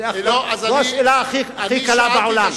זו השאלה הכי קלה בעולם.